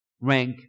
rank